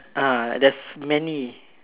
ah there's many